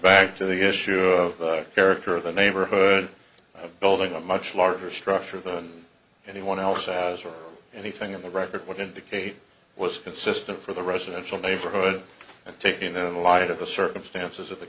back to the issue of character of the neighborhood building a much larger structure than anyone else has or anything in the record would indicate was consistent for the residential neighborhood and take you know the light of the circumstances of the